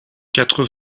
quatre